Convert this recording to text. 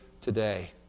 today